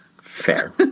Fair